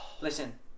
listen